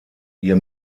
ihr